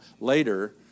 later